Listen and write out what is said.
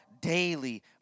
daily